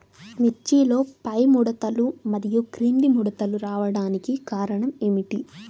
మిర్చిలో పైముడతలు మరియు క్రింది ముడతలు రావడానికి కారణం ఏమిటి?